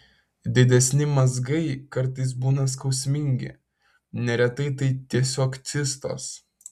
didesni mazgai kartais būna skausmingi neretai tai tiesiog cistos